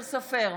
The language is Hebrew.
סופר,